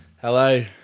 Hello